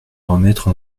remettre